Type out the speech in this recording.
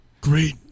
great